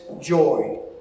joy